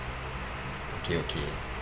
okay okay